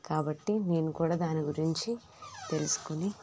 కాబట్టి నేను కూడా దాన్ని గురించి తెలుసుకుని